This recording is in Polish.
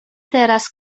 teraz